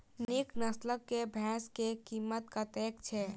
नीक नस्ल केँ भैंस केँ कीमत कतेक छै?